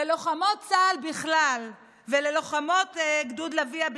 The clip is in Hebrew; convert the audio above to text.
ללוחמות צה"ל בכלל וללוחמות גדוד לביאי